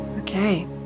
Okay